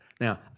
Now